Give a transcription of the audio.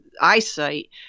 eyesight